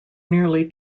nearly